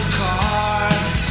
cards